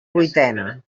vuitena